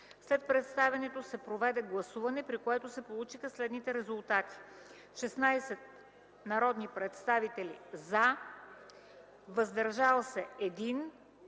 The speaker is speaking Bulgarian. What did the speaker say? След представянето се проведе гласуване, при което се получиха следните резултати: „за” 16 народни представители, без „против”,